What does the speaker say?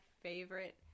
favorite